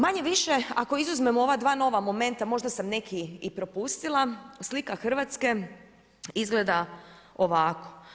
Manje-više, ako izuzmemo ova dva nova momenta, možda sam neki i propustila, slika Hrvatske izgleda ovako.